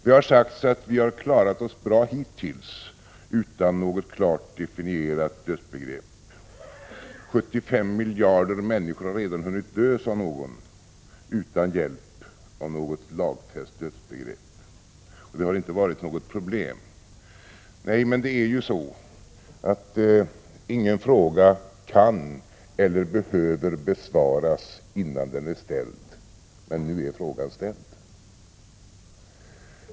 Det har sagts att vi har klarat oss bra hittills utan något klart definierat dödsbegrepp. 75 miljarder människor har redan hunnit dö, sade någon — utan hjälp av något lagfäst dödsbegrepp. Det har inte varit något problem. Nej, men ingen fråga kan eller behöver besvaras innan den är ställd. Men nu är frågan ställd.